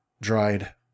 dried